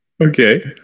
Okay